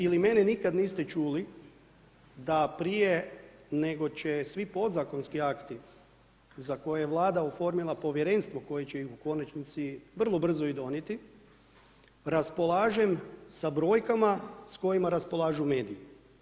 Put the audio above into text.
Ja ili mene nikada niste čuli da prije nego će svi podzakonski akti za koje je Vlada oformila Povjerenstvo koje će ih u konačnici vrlo brzo i donijeti, raspolažem sa brojkama sa kojima raspolažu mediji.